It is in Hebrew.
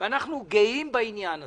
ואנחנו גאים בעניין הזה.